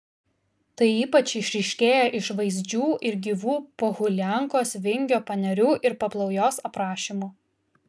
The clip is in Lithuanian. tai ypač išryškėja iš vaizdžių ir gyvų pohuliankos vingio panerių ir paplaujos aprašymų